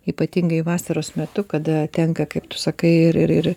ypatingai vasaros metu kada tenka kaip tu sakai ir ir